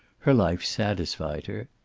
her life satisfied her.